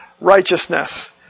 righteousness